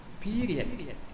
period